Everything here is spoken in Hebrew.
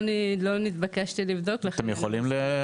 לא נתבקשתי לבדוק לכן אני --- אתם יכולים להשיג את הנתונים?